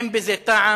אין בזה טעם.